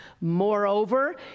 Moreover